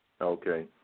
okay